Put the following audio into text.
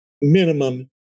minimum